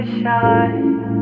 shine